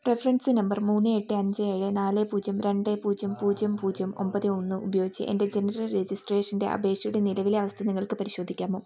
reference number മൂന്ന് എട്ട് അഞ്ച് ഏഴ് നാല് പൂജ്യം രണ്ട് പൂജ്യം പൂജ്യം പൂജ്യം ഒൻപത് ഒന്ന് ഉപയോഗിച്ച് എൻ്റെ ജനന രജിസ്ട്രേഷൻ്റെ അപേക്ഷയുടെ നിലവിലെ അവസ്ഥ നിങ്ങൾക്ക് പരിശോധിക്കാമോ